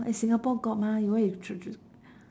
eh singapore got mah why you tr~ tr~